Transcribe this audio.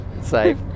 Safe